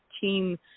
team